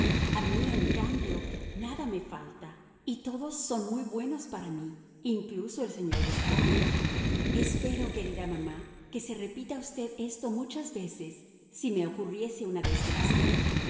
a mí en cambio nada me falta y todos son muy buenos para mí incluso el señor de villanera espero querida mamá que se repita usted esto muchas veces si me ocurriese una desgracia